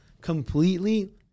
completely